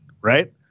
right